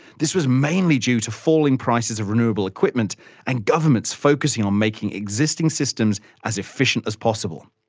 this was mainly due to falling prices of renewable equipment and governments focusing on making existing systems as efficient as possible.